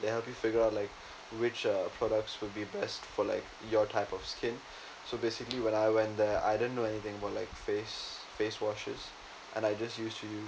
they helped you figure out like which uh products would be best for like your type of skin so basically when I went there I didn't know anything about like face face washes and I just used to use